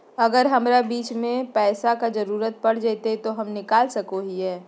अगर हमरा बीच में पैसे का जरूरत पड़ जयते तो हम निकल सको हीये